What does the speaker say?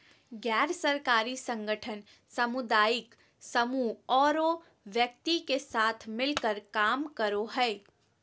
गैर सरकारी संगठन सामुदायिक समूह औरो व्यक्ति के साथ मिलकर काम करो हइ